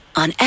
on